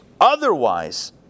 otherwise